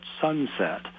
sunset